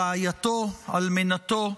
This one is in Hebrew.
רעייתו, אלמנתו,